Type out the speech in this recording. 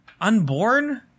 Unborn